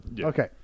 Okay